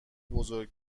بزرگ